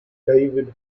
david